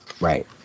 Right